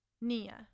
Nia